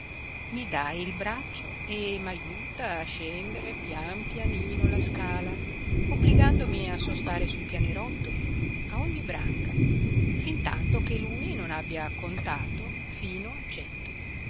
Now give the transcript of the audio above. i dà il braccio e m'ajuta a scendere pian pianino la scala obbligandomi a sostare sui pianerottoli a ogni branca fin tanto che lui non abbia contato fino a cento